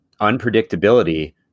unpredictability